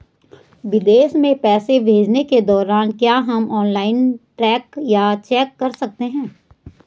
विदेश में पैसे भेजने के दौरान क्या हम ऑनलाइन ट्रैक या चेक कर सकते हैं?